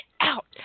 out